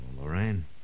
Lorraine